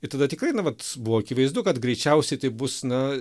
ir tada tikrai na vat buvo akivaizdu kad greičiausiai tai bus na